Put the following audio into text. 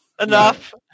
Enough